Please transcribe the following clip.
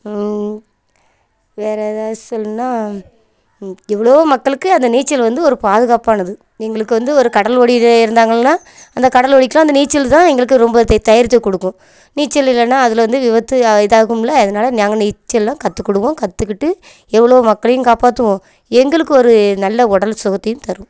வேறு ஏதா சொல்லணுன்னா எவ்வளோவோ மக்களுக்கு அந்த நீச்சல் வந்து ஒரு பாதுகாப்பானது எங்களுக்கு வந்து ஒரு கடல் வழியில் இருந்தார்கள்னா அந்த கடல் வழிக்கும் அந்த நீச்சல் தான் எங்களுக்கு ரொம்ப தே தைரியத்தை கொடுக்கும் நீச்சல் இல்லைன்னா அதில் வந்து விபத்து இதாகும்லை அதனால் நாங்கள் நீச்சலெல்லாம் கற்றுக்கிடுவோம் கற்றுக்கிட்டு எவ்ளோ மக்களையும் காப்பாற்றுவோம் எங்களுக்கு ஒரு நல்ல உடல் சுகத்தையும் தரும்